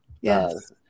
Yes